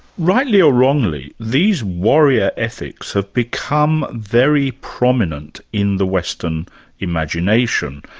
rightly or wrongly, these warrior ethics have become very prominent in the western imagination,